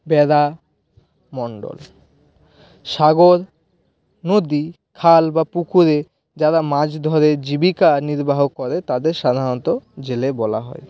ব্যাদা মণ্ডল সাগর নদী খাল ব পুকুরে যারা মাছ ধরে জীবিকা নির্বাহ করে তাদের সাধারণত জেলে বলা হয়